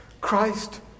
Christ